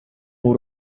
more